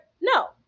No